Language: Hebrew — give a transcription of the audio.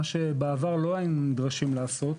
מה שבעבר לא היינו נדרשים לעשות,